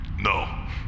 No